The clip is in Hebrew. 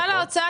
כלל ההוצאה,